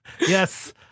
Yes